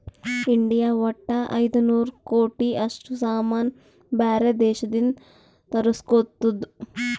India ವಟ್ಟ ಐಯ್ದ ನೂರ್ ಕೋಟಿ ಅಷ್ಟ ಸಾಮಾನ್ ಬ್ಯಾರೆ ದೇಶದಿಂದ್ ತರುಸ್ಗೊತ್ತುದ್